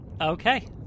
okay